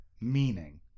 meaning